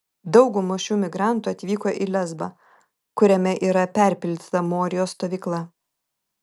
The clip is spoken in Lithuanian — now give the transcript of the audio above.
dauguma šių migrantų atvyko į lesbą kuriame yra perpildyta morijos stovykla